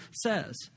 says